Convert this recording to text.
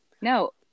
No